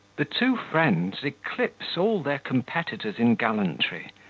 the two friends eclipse all their competitors in gallantry,